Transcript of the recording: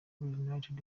united